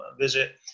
visit